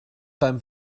beim